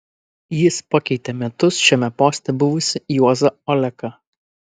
jis pakeitė metus šiame poste buvusį juozą oleką